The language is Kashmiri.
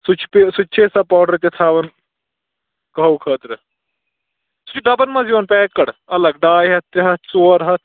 سُہ تہِ چھِ سُہ تہِ چھِ أسۍ سۄ پوڈَر تہِ تھاوان کَہوٕ خٲطرٕ سُہ چھِ ڈَبَن منٛز یِوان پیکٕڑ اَلگ ڈاے ہَتھ ترٛےٚ ہَتھ ژور ہَتھ